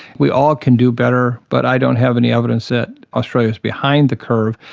we all can do better but i don't have any evidence that australia is behind the curve.